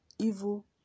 Evil